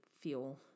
feel